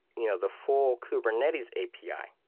you know the full kubernetes api.